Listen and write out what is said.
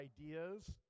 ideas